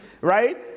Right